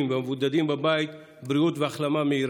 והמבודדים בבית בריאות והחלמה מהירה.